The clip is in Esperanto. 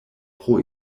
pro